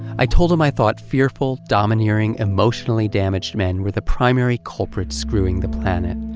i told him i thought fearful, domineering, emotionally-damaged men were the primary culprits screwing the planet,